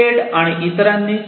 केड आणि इतरांनी Kaed et al